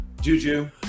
Juju